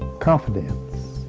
confidence,